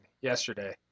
yesterday